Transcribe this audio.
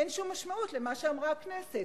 אין שום משמעות למה שאמרה הכנסת,